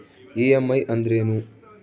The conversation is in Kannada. ಇ.ಎಮ್.ಐ ಅಂದ್ರೇನು?